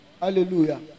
hallelujah